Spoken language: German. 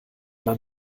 man